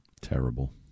Terrible